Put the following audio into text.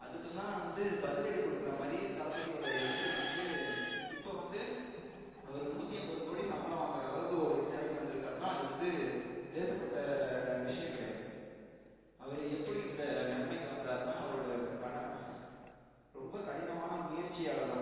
அதுக்கெல்லாம் வந்து பதிலடி கொடுக்குற மாதிரி தளபதியோடய எண்ட்ரி வந்து இப்போ வந்து அவர் நூற்றி ஐம்பது கோடி சம்பளம் வாங்கிற அளவுக்கு ஒரு நிலைக்கு வந்திருக்கார்னால் இது வந்து லேசுப்பட்ட விஷயம் கிடையாது அவர் எப்படி இந்த நிலமைக்கு வந்தாருனால் அவரோடய ரொம்ப கடினமான முயற்சியால் தான்